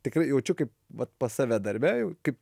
tikrai jaučiu kaip vat pas save darbe jau kaip